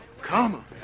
Come